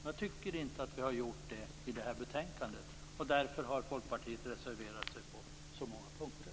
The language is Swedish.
Jag tycker inte att vi har gjort det i det här fallet. Därför har Folkpartiet reserverat sig på så många punkter.